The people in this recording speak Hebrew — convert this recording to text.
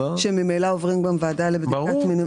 שממילא גם עוברים גם ועדה לבדיקת מינויים.